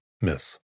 miss